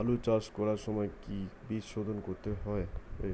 আলু চাষ করার সময় কি বীজ শোধন করতে হবে?